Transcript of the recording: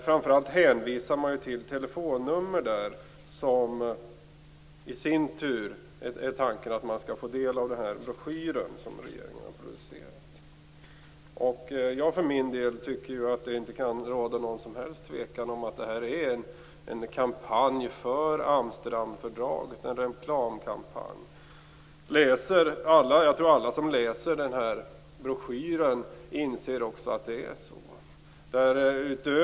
Framför allt hänvisar man därvid till telefonnummer, genom vilka det är tänkt att man skall få del av den broschyr som regeringen har producerat. Jag tycker för min del att det inte kan råda någon som helst tvekan om att det här är en reklamkampanj för Amsterdamfördraget. Jag tror också att alla de som läser den här broschyren inser att det är så.